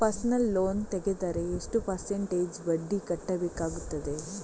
Personal loan ತೆಗೆದರೆ ಎಷ್ಟು percentage ಬಡ್ಡಿ ಕಟ್ಟಬೇಕಾಗುತ್ತದೆ?